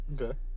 Okay